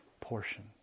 portion